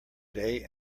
day